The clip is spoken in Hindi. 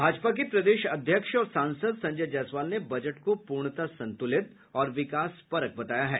भाजपा के प्रदेश अध्यक्ष और सांसद संजय जायसवाल ने बजट को पूर्णतः संतुलित और विकास परक बताया है